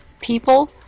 people